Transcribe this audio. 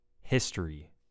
History